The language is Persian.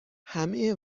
همه